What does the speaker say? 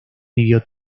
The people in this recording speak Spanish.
vivió